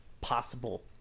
possible